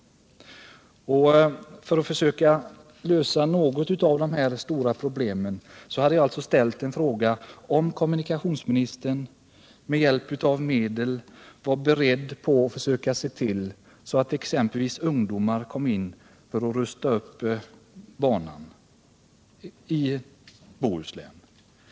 Jag har därför frågat om kommunikationsministern är beredd att försöka se till att exempelvis ungdomar bereds sysselsättning med att rusta upp banan i Bohuslän.